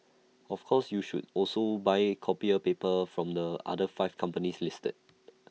of course you should also buy copier paper from the other five companies listed